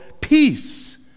peace